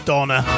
Donna